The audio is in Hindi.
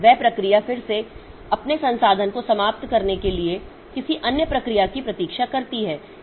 वह प्रक्रिया फिर से अपने संसाधन को समाप्त करने के लिए किसी अन्य प्रक्रिया की प्रतीक्षा करती है